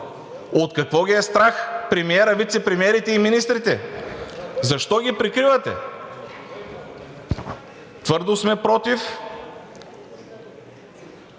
От какво ги е страх премиерът, вицепремиерите и министрите? Защо ги прикривате? Твърдо сме против!